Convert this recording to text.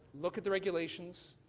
look at the regulations,